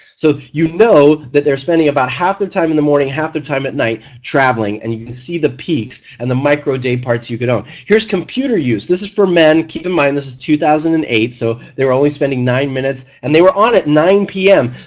so you know that they're spending about half their time in the morning, half their time at night travelling and you can see the peaks and the micro dayparts you could own. here is computer use, this is for men, keep in mind this is two thousand and eight so they are always spending nine minutes, and they were on at nine zero p m.